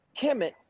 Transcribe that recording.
Kemet